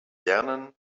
lernen